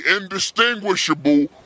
indistinguishable